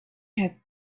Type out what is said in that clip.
have